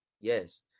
Yes